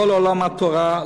לא לעולם התורה,